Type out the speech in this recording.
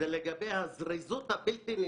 היינו צריכים לשמוע את התשובות של כולם.